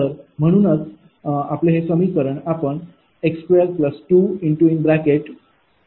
तर म्हणूनच हे समीकरण x22𝑃𝑟𝑄𝑥−0